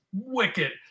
wicked